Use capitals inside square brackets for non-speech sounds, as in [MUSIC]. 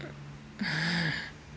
[BREATH]